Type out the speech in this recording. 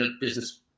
business